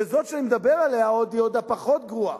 שזאת שאני מדבר עליה היא עוד הפחות גרועה,